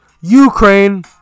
Ukraine